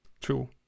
true